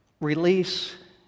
release